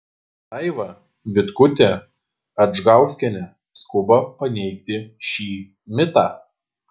daiva vitkutė adžgauskienė skuba paneigti šį mitą